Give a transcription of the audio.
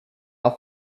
are